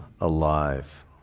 alive